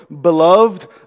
beloved